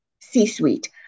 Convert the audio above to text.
C-suite